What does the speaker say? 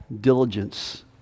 diligence